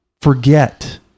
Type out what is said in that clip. Forget